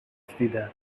دیدم